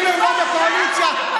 בקואליציה,